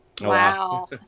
Wow